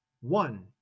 One